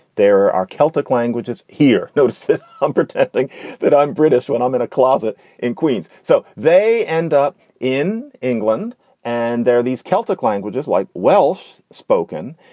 there are celtic languages here. notice that i'm pretending that i'm british when i'm in a closet in queens. so they end up in england and they're these celtic languages like welsh spoken.